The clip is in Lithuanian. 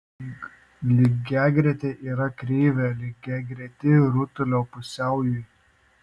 lygiagretė yra kreivė lygiagreti rutulio pusiaujui